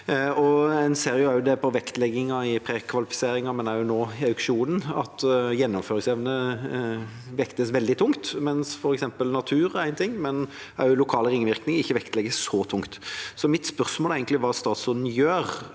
En ser det på vektleggingen i prekvalifiseringen, men også nå i auksjonen ser en at gjennomføringsevne vektes veldig tungt. Natur er én ting, men en ser også at lokale ringvirkninger ikke vektlegges så tungt. Mitt spørsmål er egentlig hva statsråden gjør,